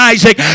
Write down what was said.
Isaac